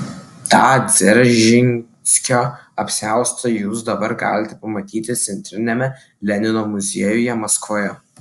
tą dzeržinskio apsiaustą jūs dabar galite pamatyti centriniame lenino muziejuje maskvoje